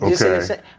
Okay